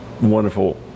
wonderful